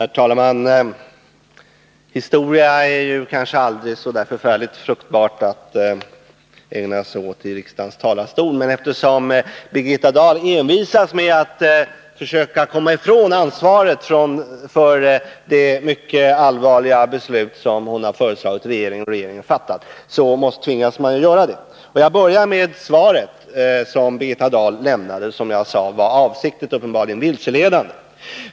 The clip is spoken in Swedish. Herr talman! Historia är något som det kanske inte är särskilt fruktbart att ägna sig åt här i riksdagens talarstol, men eftersom Birgitta Dahl envisas med att försöka komma ifrån ansvaret för det mycket allvarliga beslut som regeringen har fattat på hennes förslag, tvingas jag göra det. Jag börjar med det svar som Birgitta Dahl har lämnat och som jag sade uppenbarligen var avsiktligt vilseledande.